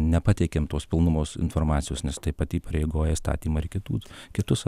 nepateikėm tos pilnumos informacijos nes tai pat įpareigoja įstatymą ir kitų kitus